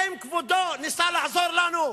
האם כבודו ניסה לעזור לנו?